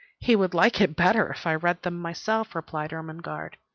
he would like it better if i read them myself, replied ermengarde.